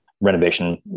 renovation